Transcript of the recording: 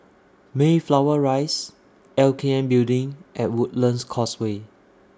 Mayflower Rise LKN Building and Woodlands Causeway